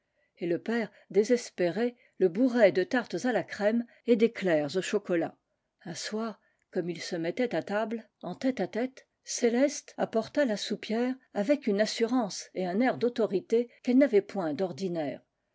et le père désespéré le bourrait de tartes à la crème et d'éclairs au chocolat un soir comme ils se mettaient à table en téte à tête céleste apporta la soupière avec une assurance et un air d'autorité qu'elle n'avait point d'ordinaire